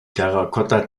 terrakotta